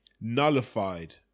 nullified